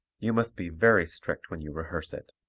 you must be very strict when you rehearse it